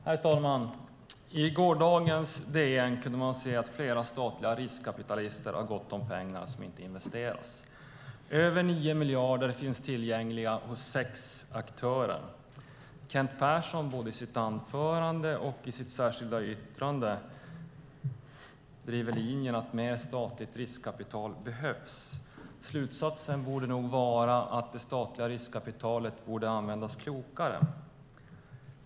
Herr talman! I gårdagens DN kunde man se att flera statliga riskkapitalister har gott om pengar som inte investeras. Över 9 miljarder finns tillgängliga hos sex aktörer. I både sitt anförande och sitt särskilda yttrande driver Kent Persson linjen att mer statligt riskkapital behövs. Slutsatsen borde nog vara att det statliga riskkapitalet borde användas klokare.